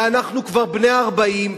ואנחנו כבר בני 40,